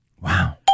Wow